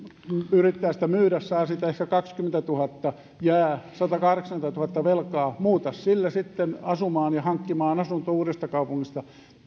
yrittää sitä myydä saa siitä ehkä kaksikymmentätuhatta jää satakahdeksankymmentätuhatta velkaa muuta sillä sitten ja hanki asunto uudestakaupungista